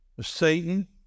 satan